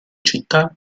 città